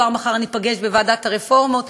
כבר מחר ניפגש בוועדת הרפורמות,